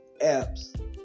apps